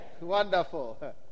Wonderful